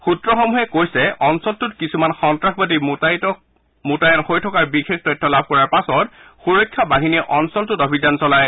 সূত্ৰসমূহে কৈছে অঞ্চলটোত কিছুমান সন্ত্ৰাসবাদী মোতায়িত কৰাৰ বিশেষ তথ্য লাভ কৰাৰ পাছত সুৰক্ষা বাহিনীয়ে অঞ্চলটোত অভিযান চলায়